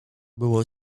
było